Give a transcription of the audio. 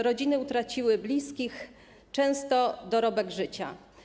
Rodziny utraciły bliskich, często - dorobek życia.